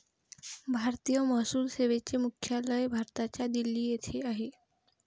भारतीय महसूल सेवेचे मुख्यालय भारताच्या दिल्ली येथे आहे